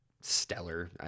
stellar